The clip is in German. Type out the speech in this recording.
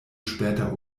später